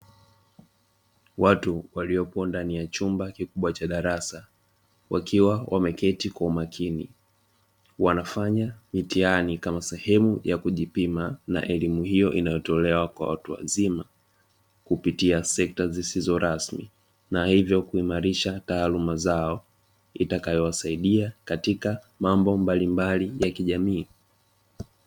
Watu waliopo ndani ya chumba kikubwa cha darasa wakiwa wameketi kwa umakini wanafanya mitihani kama sehemu ya kujipima kwa elimu hiyo inayotolewa kwa watu wazima, kupitia sekta zisizo rasmi na hivyo kuimarisha taaluma zao itakayowasaidia katika mambo mabalimbali ya kijamii.